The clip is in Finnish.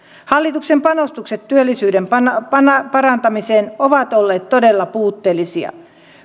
hallituksen panostukset työllisyyden parantamiseen ovat olleet todella puutteellisia